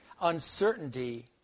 uncertainty